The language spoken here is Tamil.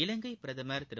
இலங்கை பிரதம் திரு